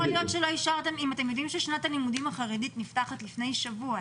אם אתם יודעים ששנת הלימודים החרדית נפתחת לפני שבוע,